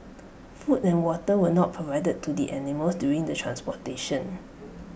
food and water were not provided to the animals during the transportation